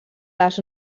les